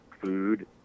food